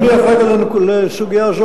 ואני אחראי לסוגיה זו,